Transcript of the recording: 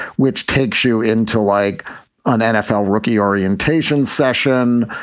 which takes you into like an nfl rookie orientation session,